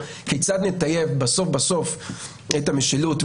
כיצד נטייב בסוף-בסוף את המשילות,